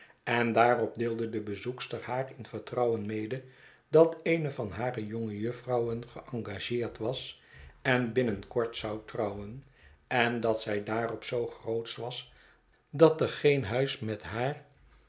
en daarop deelde de bezoekster haar in vertrouwen mede dat eene van hare jonge jufvrouwen geengageerd was en binnen kort zou trouwen en dat zij daarop zoo grootsch was dat er geen huis met haar